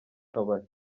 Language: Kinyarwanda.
kabari